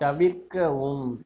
தவிர்க்கவும்